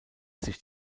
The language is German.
sich